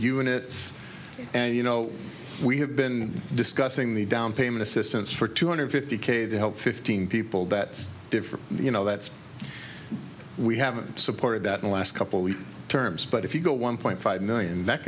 units and you know we have been discussing the down payment assistance for two hundred fifty k they help fifteen people that's different you know that's we haven't supported that last couple of terms but if you go one point five million that